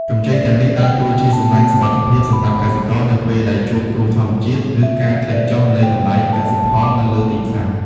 កម្ចីទាំងនេះដើរតួជាសំណាញ់សុវត្ថិភាពសម្រាប់កសិករនៅពេលដែលជួបគ្រោះធម្មជាតិ ឬការធ្លាក់ចុះនៃតម្លៃកសិផលនៅលើទីផ្សារ។